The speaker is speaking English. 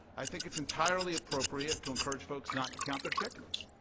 i think it's entirely appropriate to encourage folks not to count their chickens.